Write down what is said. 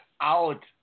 out